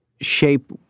shape